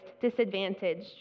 disadvantaged